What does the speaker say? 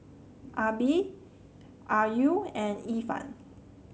Nabil Ayu and Irfan